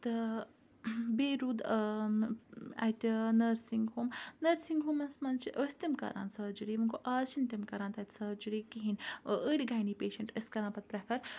تہٕ بییٚہِ روٗد اَتہِ نرسِنٛگ ہوم نرسِنٛگ ہومَس مَنٛز چھِ ٲسۍ تِم کَران سرجری وۄنۍ گوٚو آز چھِنہٕ تِم کَران تَتہِ سرجری کہیٖنۍ أڈۍ گَینی پیشَنٹ ٲسۍ پَتہٕ کَران پریٚفَر